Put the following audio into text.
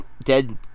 dead